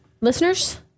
listeners